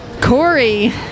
Corey